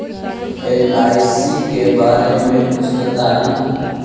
LIC के बारे मे कुछ बताई?